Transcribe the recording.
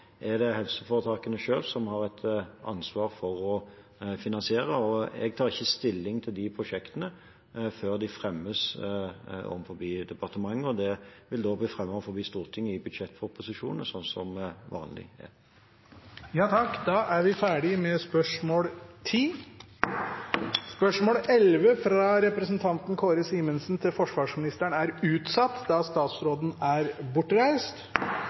er det helseforetakene selv som har et ansvar for å finansiere. Jeg tar ikke stilling til de prosjektene før de fremmes overfor departementet, og da vil det bli fremmet overfor Stortinget i budsjettproposisjonen, slik det er vanlig. Dette spørsmålet er utsatt til neste spørretime, da statsråden er